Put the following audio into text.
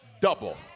double